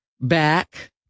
back